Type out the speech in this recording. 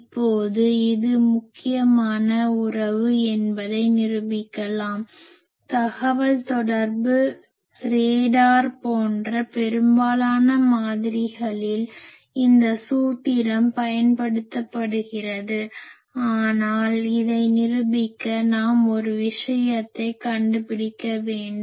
இப்போது இது மிக முக்கியமான உறவு என்பதை நிரூபிக்கலாம் தகவல்தொடர்பு ரேடார் போன்ற பெரும்பாலான மாதிரிகளில் இந்த சூத்திரம் பயன்படுத்தப்படுகிறது ஆனால் இதை நிரூபிக்க நாம் ஒரு விஷயத்தைக் கண்டுபிடிக்க வேண்டும்